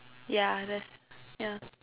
ya that's ya